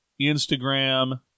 Instagram